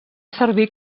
servir